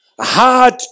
Hard